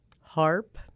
harp